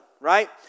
right